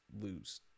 lose